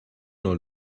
nur